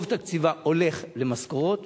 רוב תקציבה הולך למשכורות.